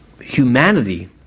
humanity